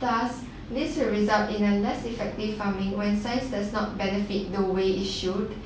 thus this will result in a less effective farming when science does not benefit the way it should